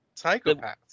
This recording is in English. Psychopaths